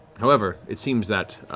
however, it seems that